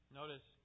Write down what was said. notice